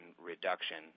reduction